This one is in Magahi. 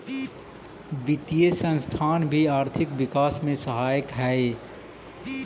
वित्तीय संस्थान भी आर्थिक विकास में सहायक हई